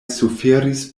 suferis